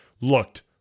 looked